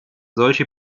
solche